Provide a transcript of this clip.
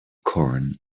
corn